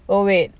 oh wait